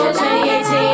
2018